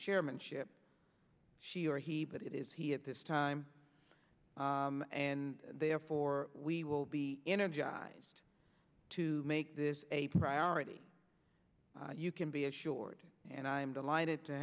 chairmanship she or he but it is he at this time and therefore we will be energized to make this a priority you can be assured and i am delighted to